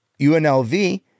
UNLV